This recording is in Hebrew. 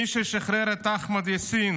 מי ששחרר את אחמד יאסין